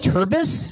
Turbis